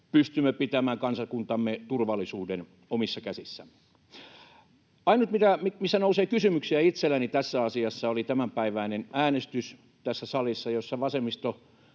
pystymme pitämään kansakuntamme turvallisuuden omissa käsissämme. Ainut, mistä nousee kysymyksiä itselläni tässä asiassa, oli tämänpäiväinen äänestys tässä salissa, jossa vasemmisto